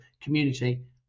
community